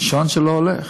שעון שלא הולך.